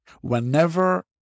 Whenever